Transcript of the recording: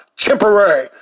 temporary